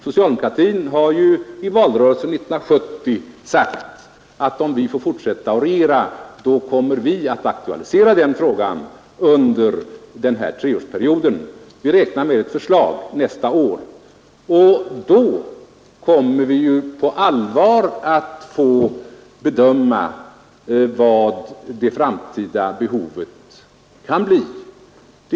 Socialdemokratin sade i 1970 års valrörelse, att om vi får fortsätta att regera kommer vi att aktualisera den frågan under denna treårsperiod. Vi räknar nu med att ett utredningsförslag härom kommer att framläggas nästa år, och då kommer vi att på allvar bedöma det framtida behovet av tandläkare.